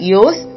use